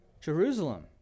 Jerusalem